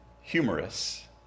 humorous